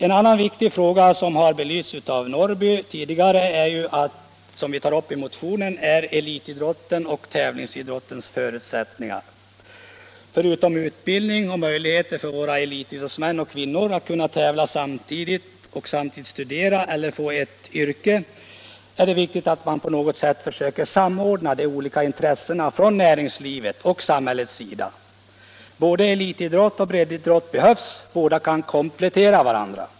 En annan viktig fråga som tagits upp i motionen — och som redan har belysts av herr Norrby — är elitidrottens eller tävlingsidrottens förutsättningar. Förutom att vi måste tillgodose behovet av utbildning och möjligheter för våra elitidrottsmän och kvinnor att tävla och samtidigt studera eller få ett yrke är det viktigt att vi på något sätt försöker samordna de olika intressena från näringslivet och samhällets insatser. Både elitidrott och breddidrott behövs; de båda kan komplettera varandra.